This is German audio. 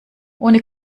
ohne